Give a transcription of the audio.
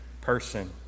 person